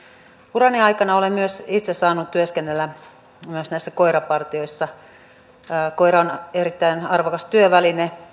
urani aikana olen myös itse saanut työskennellä näissä koirapartioissa koira on erittäin arvokas työväline